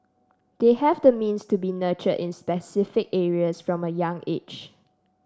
they have the means to be nurtured in specific areas from a young age